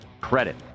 credit